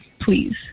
please